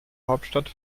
hauptstadt